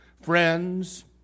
friends